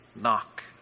knock